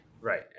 Right